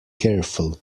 careful